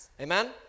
Amen